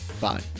Bye